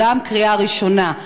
גם קריאה ראשונה.